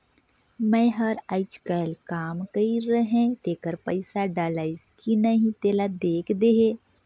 मै हर अईचकायल काम कइर रहें तेकर पइसा डलाईस कि नहीं तेला देख देहे?